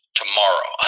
tomorrow